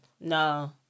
No